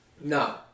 no